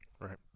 Right